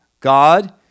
God